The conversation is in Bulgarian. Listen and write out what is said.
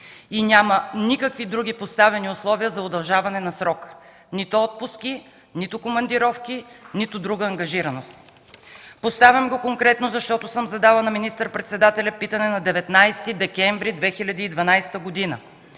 Няма никакви други поставени условия за удължаване на срока – нито отпуски, нито командировки, нито друга ангажираност. Поставям го конкретно, защото съм задала питане към министър-председателя на 19 декември 2012 г.